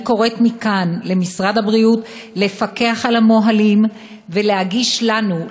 אני קוראת מכאן למשרד הבריאות לפקח על המוהלים ולהגיש לנו,